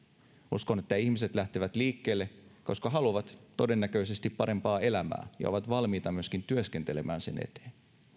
uskon että ihmiset lähtevät liikkeelle koska haluavat todennäköisesti parempaa elämää ja ovat valmiita myöskin työskentelemään sen eteen